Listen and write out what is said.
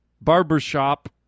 barbershop